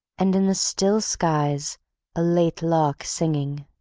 and in the still skies a late lark singing.